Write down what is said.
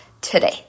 today